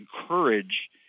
encourage